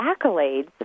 accolades